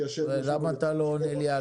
ולמה אתה לא עונה לי?